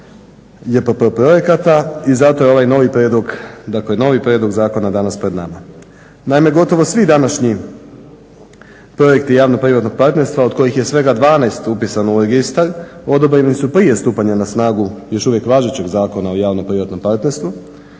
JPP projekata i zato je ovaj novi prijedlog zakona danas pred nama. Naime, gotovo svi današnji projekti javno-privatnog partnerstva od kojih je svega 12 upisano u registar odobreni su prije stupanja na snagu još uvijek važećeg Zakona o javno-privatnog partnerstvu